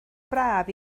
braf